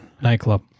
nightclub